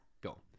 go